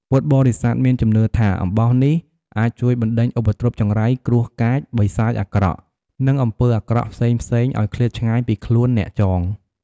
ពុទ្ធបរិស័ទមានជំនឿថា អំបោះនេះអាចជួយបណ្ដេញឧបទ្រពចង្រៃ គ្រោះកាច បិសាចអាក្រក់ និងអំពើអាក្រក់ផ្សេងៗឲ្យឃ្លាតឆ្ងាយពីខ្លួនអ្នកចង។